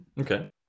Okay